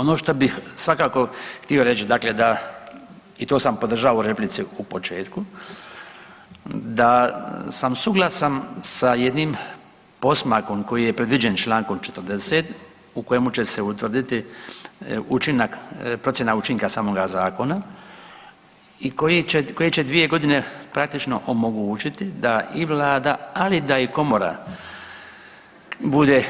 Ono šta bih svakako htio reći, dakle da i to sam podržao u replici u početku, da sam suglasan sa jednim posmakom koji je predviđen Člankom 40. u kojemu će se utvrditi učinak, procjena učinka samoga zakona i koji će 2 godine praktično omogućiti da i Vlada, ali da i komora bude,